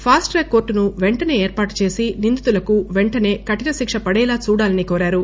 fast track కోర్లును వెంటనే ఏర్పాటుచేసి నిందితులకు పెంటనే కఠినశిక్ష పడేలా చూడాలని కోరారు